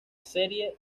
serie